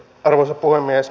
arvoisa puhemies